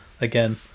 again